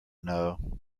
know